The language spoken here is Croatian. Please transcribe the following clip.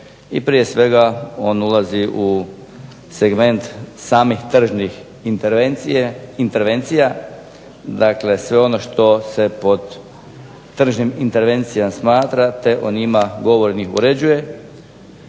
i prije svega on ulazi u segment samih tržnih intervencija, dakle sve ono što se pod tržnim intervencijama smatra, te o njima …/Govornik se ne